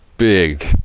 big